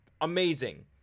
amazing